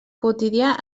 quotidià